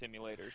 simulators